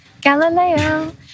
Galileo